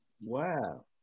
Wow